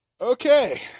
Okay